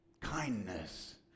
Kindness